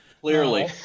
Clearly